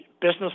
business